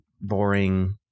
boring